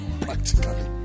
Practically